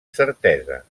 certesa